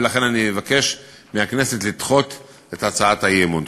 ולכן אני אבקש מהכנסת לדחות את הצעת האי-אמון.